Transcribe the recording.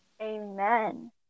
Amen